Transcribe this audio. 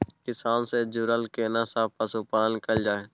किसान से जुरल केना सब पशुपालन कैल जाय?